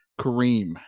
Kareem